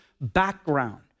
background